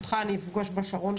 אני אפגוש אותך בשרון,